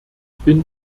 bin